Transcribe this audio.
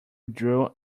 drew